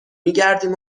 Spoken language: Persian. میگردیم